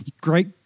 great